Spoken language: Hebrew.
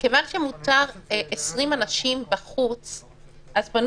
כיוון שמותר 20 אנשים בחוץ אז פנו